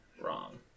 wrong